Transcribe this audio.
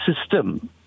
system